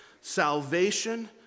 Salvation